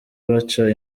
baca